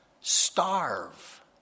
Starve